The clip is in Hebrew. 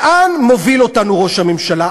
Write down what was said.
לאן מוביל אותנו ראש הממשלה?